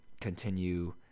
continue